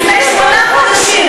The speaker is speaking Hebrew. לפני שמונה חודשים,